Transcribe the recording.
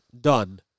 done